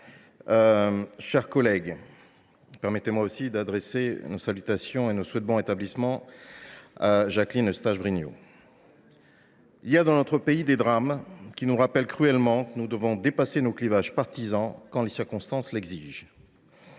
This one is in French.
chers collègues, permettez moi à mon tour d’adresser mes salutations et mes vœux de bon rétablissement à Jacqueline Eustache Brinio. Il y a dans notre pays des drames qui nous rappellent cruellement que nous devons dépasser nos clivages partisans quand les circonstances l’exigent.